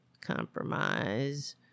Compromise